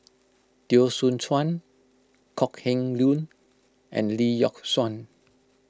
Teo Soon Chuan Kok Heng Leun and Lee Yock Suan